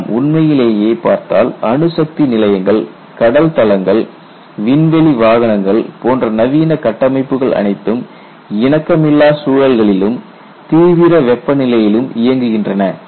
நாம் உண்மையிலேயே பார்த்தால் அணுசக்தி நிலையங்கள் கடல் தளங்கள் விண்வெளி வாகனங்கள் போன்ற நவீன கட்டமைப்புகள் அனைத்தும் இணக்கமில்லா சூழல்களிலும் தீவிர வெப்பநிலையிலும் இயங்குகின்றன